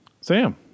Sam